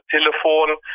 Telefon